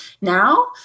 now